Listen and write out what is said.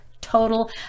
total